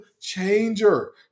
changer